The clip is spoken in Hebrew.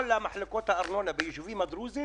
כל מחלקות הארנונה בישובים הדרוזיים